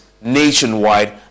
nationwide